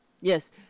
Yes